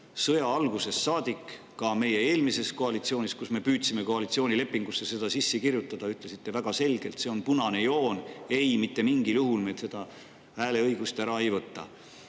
sõja algusest saadik. Ka meie eelmises koalitsioonis, kus me püüdsime koalitsioonilepingusse seda sisse kirjutada, ütlesite väga selgelt, et see on punane joon ja mitte mingil juhul me seda hääleõigust ära ei võta.